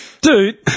Dude